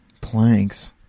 Planks